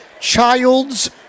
child's